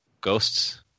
Ghosts